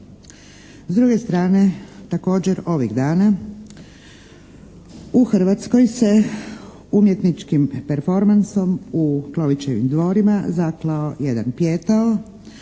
S druge strane, također ovih dana, u Hrvatskoj se umjetničkim performansom u Klovićevim dvorima zaklao jedan pijetao,